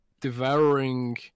devouring